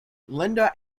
linda